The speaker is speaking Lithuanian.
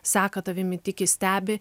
seka tavimi tiki stebi